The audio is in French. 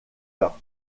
bas